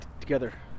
together